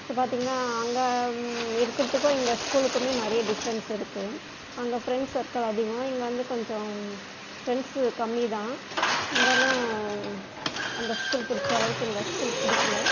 இப்போ பார்த்திங்கன்னா அங்கே இருக்கிறதுக்கு இங்கே ஸ்கூலுக்கும் நிறைய டிஃபரென்ஸ் இருக்கு அங்கே ஃப்ரெண்ட்ஸ் சர்க்கிள் அதிகம் இங்கே வந்து கொஞ்சம் ஃப்ரெண்ட்ஸு கம்மிதான் இருந்தாலும் அந்த ஸ்கூல் பிடிச்சளவுக்கு இந்த ஸ்கூல் பிடிக்கல